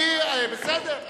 אדוני היושב-ראש, הביתה, בסדר.